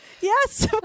Yes